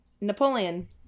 Napoleon